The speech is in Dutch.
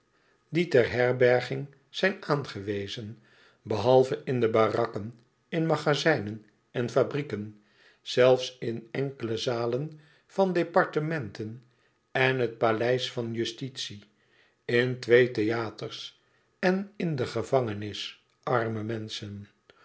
die ter herberging zijn aangewezen behalve in de barakken in magazijnen en fabrieken zelfs in enkele zalen van departementen en het paleis van justitie in twee theaters en in de gevangenis arme menschen